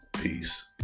Peace